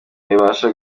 ibasha